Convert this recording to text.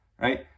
right